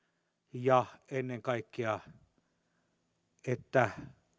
ja ennen kaikkea mahdollistuu se että